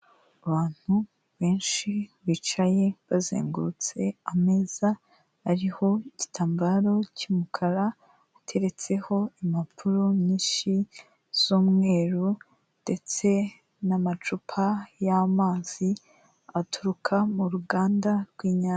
Abantu benshi bicaye bazengurutse ameza ariho igitambaro cy'umukara uteretseho impapuro nyinshi z'umweru ndetse n'amacupa y'amazi aturuka mu ruganda rw'inyange.